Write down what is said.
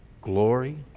Glory